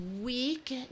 week